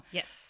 yes